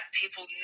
people